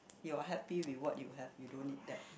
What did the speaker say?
you are happy with what you have you don't need that